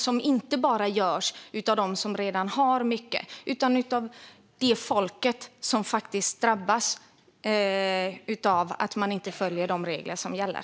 Det gäller inte bara dem som redan har mycket utan också det folk som drabbas av att man inte följer de regler som gäller.